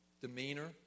demeanor